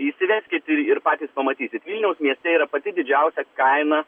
įsiveskit ir patys pamatysit vilniaus mieste yra pati didžiausia kaina